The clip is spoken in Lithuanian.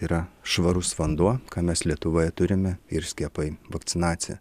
yra švarus vanduo ką mes lietuvoje turime ir skiepai vakcinacija